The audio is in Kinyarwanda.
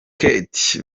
kate